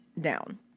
down